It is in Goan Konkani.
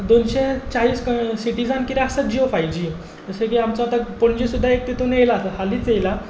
दोनशें चाळीस सिटीजांत कितें आसा जियो फायव जी जशें की आमचो आतां पणजी सुद्दां एक तितून येयलां हालीच येयला